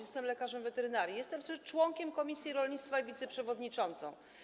Jestem lekarzem weterynarii, jestem też członkiem komisji rolnictwa i wiceprzewodniczącą.